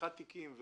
פתיחת תיקים,